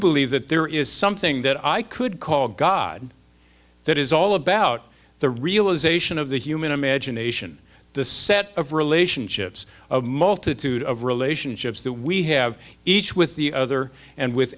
believe that there is something that i could call god that is all about the realisation of the human imagination the set of relationships of multitude of relationships that we have each with the other and with